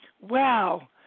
Wow